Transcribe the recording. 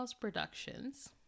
productions